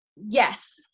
yes